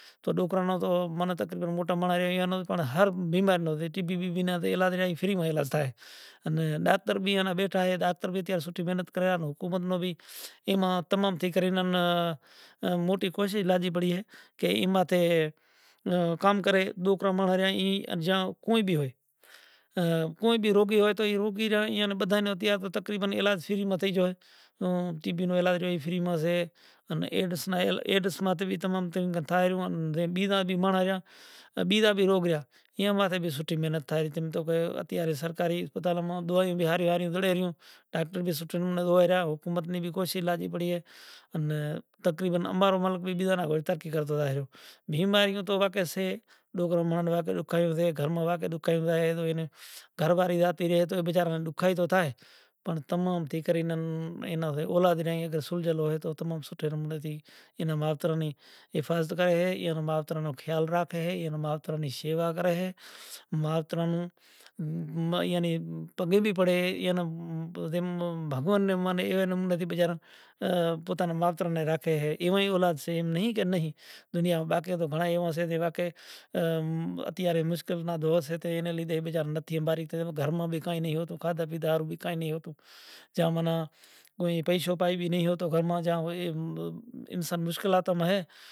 آ توں ماں نی ڈان کریو سے ماں ری دکھشنڑا تھائیسے ایک سو ان ایک کوڑی زے تھائیسے ای ماں ری ڈان ہالے تو رازا ہریچند وینتی کروا لاگیا اے گرودیو ہوے ماں رے کنے کا شکتا سے ئی نئیں زے تی ہوں تماں نی ای ڈان تمارو ہالیوں، ای دکھشنڑا تماری ہالے راکھوں، تو رازا ہریچند گردیو تھیں وینتی کریسے تو گرو دیو کانک سمو ہالو زے ہوں تماری ای دکھسنڑا ای پوری کروں، تو کہے زا ایک مہینا نو سمو آلو سوں ایک مہینا نے سماں ماں آن ماں ری ایک سو ایک کوڑی دکھشنڑا تھائیسے ای توں منیں آل تو راجا ہریچند پوہتاں نو ڈیکرو راجدھانی ویچی وڑے زاتا رہیسیں پوتاں نیں زونپڑی ٹھائیسیں زونپڑی ٹھائی کرے پنڑ من تھیں ویچار ہوسے کہ گروق دیو نیں ایک سو ان ایک کوڑی زے ری ایئے نی دکھشنڑا ماں ری سے ای ایک مہینڑا ماں پوری کرے آلوا نی سے ت رے پوتے مزوری کروا لاگے سے تارا ڈیو کائیں نے گھرے کام کرے سے زے ماں ایئے ناں ہیک بہ ٹکا زڑیں سے